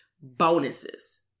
bonuses